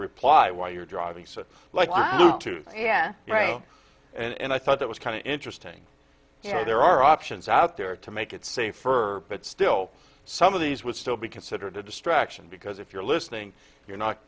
reply while you're driving so it's like wow to and i thought that was kind of interesting you know there are options out there to make it safer but still some of these would still be considered a distraction because if you're listening you're not